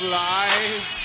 lies